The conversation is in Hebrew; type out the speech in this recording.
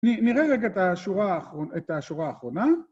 נראה רגע את השורה האחרונה.